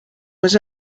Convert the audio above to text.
was